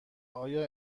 آیا